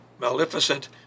maleficent